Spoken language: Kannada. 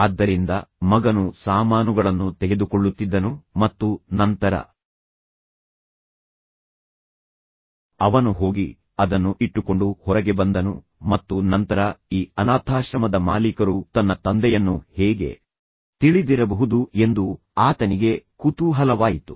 ಆದ್ದರಿಂದ ಮಗನು ಸಾಮಾನುಗಳನ್ನು ತೆಗೆದುಕೊಳ್ಳುತ್ತಿದ್ದನು ಮತ್ತು ನಂತರ ಅವನು ಹೋಗಿ ಅದನ್ನು ಇಟ್ಟುಕೊಂಡು ಹೊರಗೆ ಬಂದನು ಮತ್ತು ನಂತರ ಈ ಅನಾಥಾಶ್ರಮದ ಮಾಲೀಕರು ತನ್ನ ತಂದೆಯನ್ನು ಹೇಗೆ ತಿಳಿದಿರಬಹುದು ಎಂದು ಆತನಿಗೆ ಕುತೂಹಲವಾಯಿತು